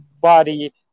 body